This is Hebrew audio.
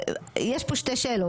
יש פה שתי שאלות,